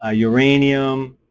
ah uranium,